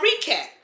recap